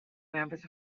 members